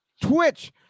Twitch